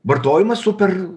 vartojimas super